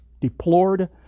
deplored